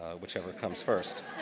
whichever comes first